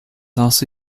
also